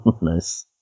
Nice